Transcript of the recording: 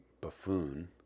buffoon